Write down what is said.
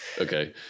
okay